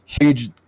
Huge